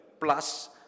plus